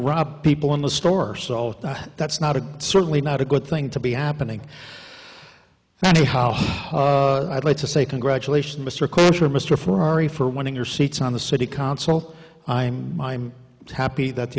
robbed people in the store so that's not a certainly not a good thing to be happening thank you how i'd like to say congratulations mr kosher mr ferrari for winning your seats on the city council i'm i'm happy that the